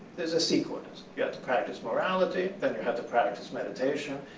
there's a sequence. you have to practice morality. then you have to practice meditation.